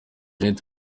janete